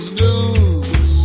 news